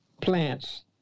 plants